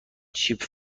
چیپ